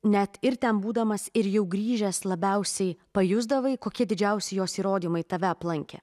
net ir ten būdamas ir jau grįžęs labiausiai pajusdavai kokie didžiausi jos įrodymai tave aplankė